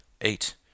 Eight